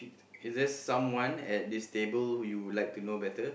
is there someone at this table you would like to know better